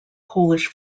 polish